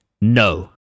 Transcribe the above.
No